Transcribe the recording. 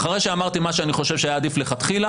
אחרי שאמרתי מה שאני חושב שהיה עדיף לכתחילה,